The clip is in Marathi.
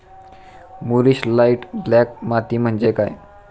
मूरिश लाइट ब्लॅक माती म्हणजे काय?